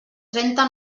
trenta